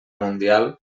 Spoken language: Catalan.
mundial